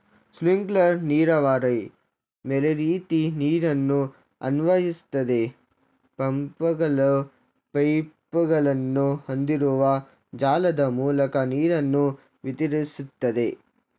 sprinkler ನೀರಾವರಿ ಮಳೆರೀತಿ ನೀರನ್ನು ಅನ್ವಯಿಸ್ತದೆ ಪಂಪ್ಗಳು ಪೈಪ್ಗಳನ್ನು ಹೊಂದಿರುವ ಜಾಲದ ಮೂಲಕ ನೀರನ್ನು ವಿತರಿಸ್ತದೆ